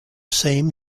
same